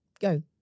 go